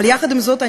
אבל יחד עם זאת,